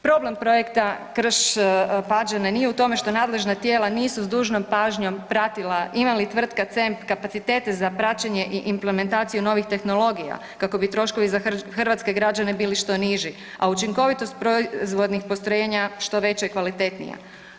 Problem projekta Krš Pađane nije u tome što nadležna tijela nisu s dužnom pažnjom pratila ima li tvrtka … kapacitete za praćenje i implementaciju novih tehnologija kako bi troškovi za hrvatske građane bili što niži, a učinkovitost proizvodnih postrojenja što veća i kvalitetnija.